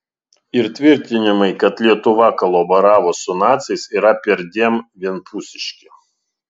ir tvirtinimai kad lietuva kolaboravo su naciais yra perdėm vienpusiški